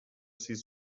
set